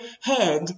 head